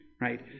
right